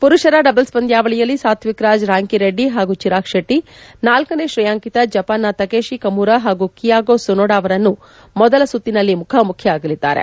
ಮರುಷರ ಡಬಲ್ಸ್ ಪಂದ್ಯಾವಳಿಯಲ್ಲಿ ಸಾತ್ವಿಕ್ ರಾಜ್ ರಾಂಕಿರೆಡ್ಡಿ ಹಾಗೂ ಚಿರಾಗ್ಶೆಟ್ಲಿ ನಾಲ್ಲನೇ ಶ್ರೇಯಾಂಕಿತ ಜಪಾನ್ನ ಶಕೇಶಿ ಕಮುರಾ ಹಾಗೂ ಕಿಯಾಗೋ ಸೋನೋಡಾ ಅವರನ್ನು ಮೊದಲ ಸುತ್ತಿನಲ್ಲಿ ಮುಖಾಮುಖಿಯಾಗಲಿದ್ದಾರೆ